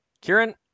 Kieran